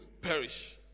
perish